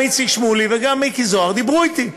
גם איציק שמולי וגם מיקי זוהר דיברו איתי.